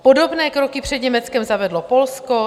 Podobné kroky před Německem zavedlo Polsko.